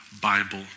Bible